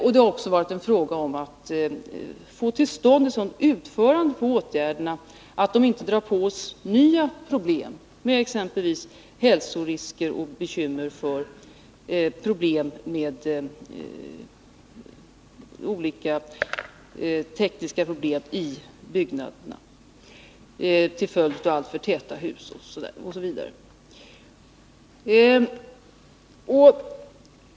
Vi har också varit angelägna om att åtgärderna inte skall dra på oss nya problem med exempelvis hälsorisker, olika tekniska problem till följd av alltför täta hus osv.